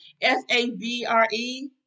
S-A-V-R-E